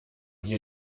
hier